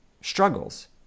struggles